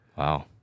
Wow